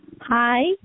Hi